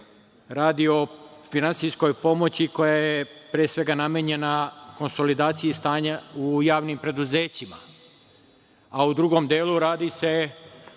radi o finansijskoj pomoći koja je pre svega namenjena konsolidaciji stanja u javnim preduzećima, a u drugom delu, radi se